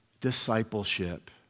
discipleship